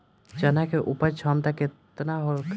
चना के उपज क्षमता केतना होखे?